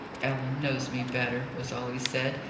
ellen knows me better, was all he said,